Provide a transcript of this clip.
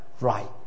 right